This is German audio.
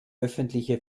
öffentliche